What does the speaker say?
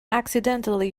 accidentally